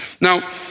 Now